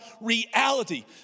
reality